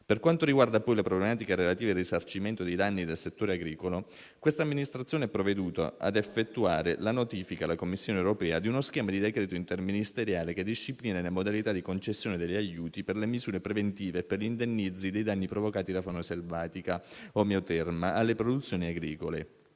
Per quanto riguarda poi le problematiche relative al risarcimento dei danni del settore agricolo, quest'amministrazione ha provveduto a effettuare la notifica alla Commissione europea di uno schema di decreto interministeriale che disciplina le modalità di concessione degli aiuti per le misure preventive e per gli indennizzi dei danni provocati da fauna selvatica omeoterma alle produzioni agricole,